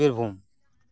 Birbhum